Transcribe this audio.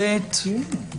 אני מבקש שתעבירו לנו.